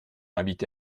habité